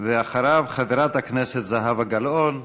אחריו, חברת הכנסת זהבה גלאון.